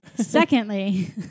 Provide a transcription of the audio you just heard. Secondly